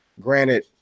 granted